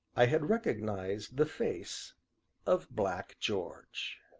i had recognized the face of black george.